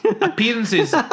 Appearances